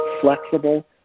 flexible